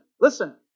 listen